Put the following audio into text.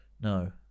No